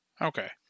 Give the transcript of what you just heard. Okay